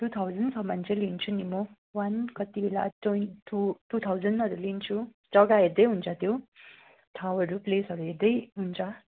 two थाउजनसम्म चाहिँ लिन्छु नि म वान कतिबेला ट्वेन् टू टू थाउजनहरू लिन्छु जग्गा हेर्दै हुन्छ त्यो ठाउँहरू प्लेसहरू हेर्दै हुन्छ